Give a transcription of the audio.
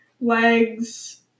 legs